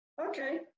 okay